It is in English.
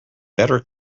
better